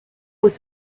with